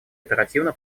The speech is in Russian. оперативно